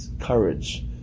courage